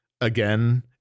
again